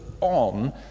on